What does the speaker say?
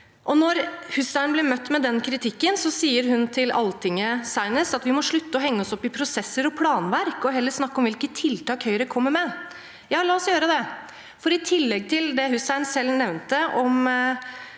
Når Hussein blir møtt med den kritikken, sier hun – senest til Alltinget – at vi må slutte å henge oss opp i prosesser og planverk og heller snakke om hvilke tiltak Høyre kommer med. Ja, la oss gjøre det, for i tillegg til det Hussein selv nevnte om